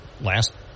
last